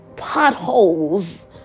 potholes